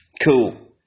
cool